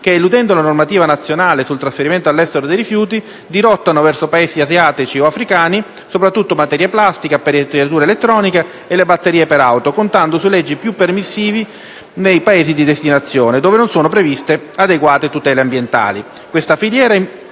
che, eludendo la normativa nazionale sul trasferimento all'estero dei rifiuti, dirottano verso Paesi asiatici o africani soprattutto materie plastiche, apparecchiature elettroniche e le batterie per auto, contando su leggi più permissive nei Paesi di destinazione, dove non sono previste adeguate tutele ambientali.